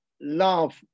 love